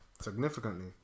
Significantly